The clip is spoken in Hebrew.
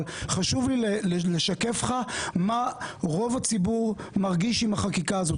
חשוב לי לשקף לך מה רוב הציבור מרגיש עם החקיקה הזאת.